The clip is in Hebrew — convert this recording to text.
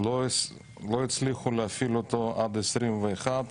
לא הצליחו להפעיל אותו עד 2021,